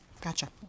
gotcha